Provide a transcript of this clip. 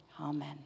amen